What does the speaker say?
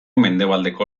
mendebaldeko